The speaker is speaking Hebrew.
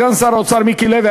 סגן שר האוצר מיקי לוי,